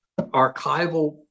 archival